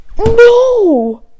No